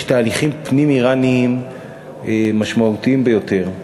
תהליכים פנים-איראניים משמעותיים ביותר.